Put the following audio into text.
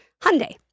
Hyundai